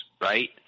Right